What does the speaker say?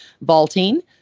vaulting